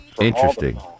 interesting